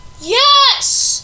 Yes